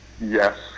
yes